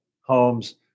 homes